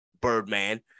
Birdman